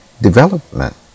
development